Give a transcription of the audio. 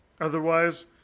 Otherwise